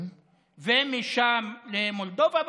ומשם למולדובה,